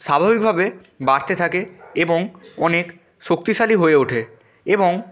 স্বাভাবিকভাবে বাড়তে থাকে এবং অনেক শক্তিশালী হয়ে ওঠে এবং